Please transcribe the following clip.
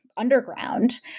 underground